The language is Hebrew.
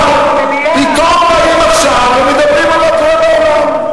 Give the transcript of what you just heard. פתאום באים עכשיו ומדברים על מה קורה בעולם.